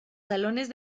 salones